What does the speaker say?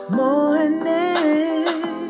morning